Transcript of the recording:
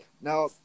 now